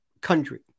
country